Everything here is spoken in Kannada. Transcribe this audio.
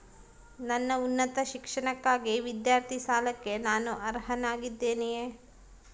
ನನ್ನ ಉನ್ನತ ಶಿಕ್ಷಣಕ್ಕಾಗಿ ವಿದ್ಯಾರ್ಥಿ ಸಾಲಕ್ಕೆ ನಾನು ಅರ್ಹನಾಗಿದ್ದೇನೆಯೇ?